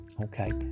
okay